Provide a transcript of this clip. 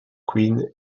quinn